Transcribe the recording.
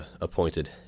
appointed